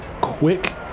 quick